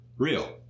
Real